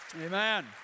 amen